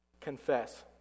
confess